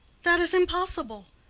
that is impossible.